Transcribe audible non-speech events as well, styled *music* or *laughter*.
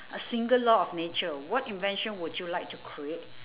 a single law of nature what invention would you like to create *breath*